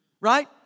right